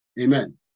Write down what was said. amen